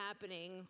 happening